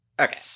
Okay